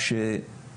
וחשב